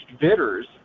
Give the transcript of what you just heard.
bidders